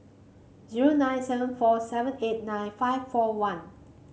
zero nine seven four seven eight nine five four one